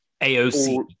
AOC